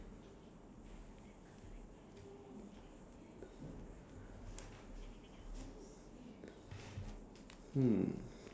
hmm